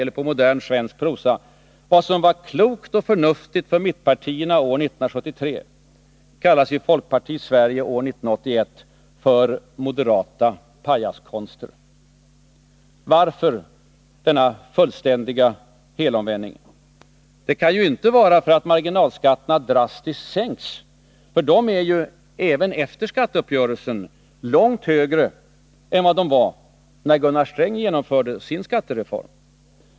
Eller på modern svensk prosa: Vad som var klokt och förnuftigt för mittenpartierna år 1973 kallas i folkpartiets Sverige år 1981 för ”moderata pajaskonster”. Varför denna fullständiga helomvändning? Det kan ju inte vara för att marginalskatterna drastiskt sänks. Dessa är ju — även efter skatteuppgörelsen —långt högre än de var när Gunnar Sträng genomförde sin skattereform.